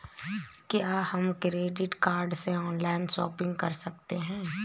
क्या हम credit card से ऑनलाइन शॉपिंग कर सकते हैं?